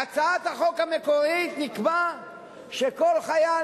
בהצעת החוק המקורית נקבע שכל חייל,